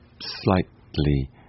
slightly